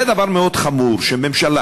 זה דבר מאוד חמור שממשלה